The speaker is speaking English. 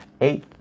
eight